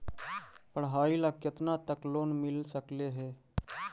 पढाई ल केतना तक लोन मिल सकले हे?